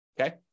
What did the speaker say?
Okay